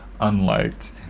unliked